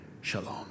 shalom